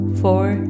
four